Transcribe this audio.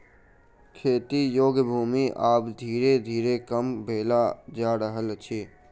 खेती योग्य भूमि आब धीरे धीरे कम भेल जा रहल अछि